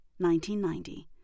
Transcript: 1990